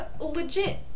legit